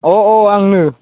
अ अ आंनो